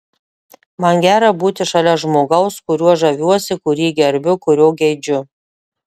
man gera būti šalia žmogaus kuriuo žaviuosi kurį gerbiu kurio geidžiu